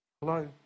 Hello